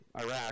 Iraq